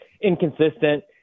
inconsistent